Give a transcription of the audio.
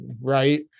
right